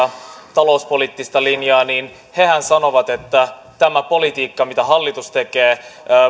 talouspoliittista linjaa niin hehän sanovat että tämä politiikka mitä hallitus tekee